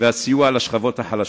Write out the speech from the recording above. והסיוע לשכבות החלשות.